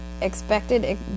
expected